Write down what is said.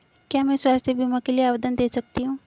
क्या मैं स्वास्थ्य बीमा के लिए आवेदन दे सकती हूँ?